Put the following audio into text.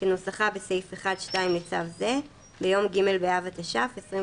כנוסחה בסעיף 1(2) לצו זה ביום ג' באב התש"ף (24